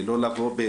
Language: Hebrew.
ולא באים בסד זמנים.